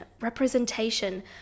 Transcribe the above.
representation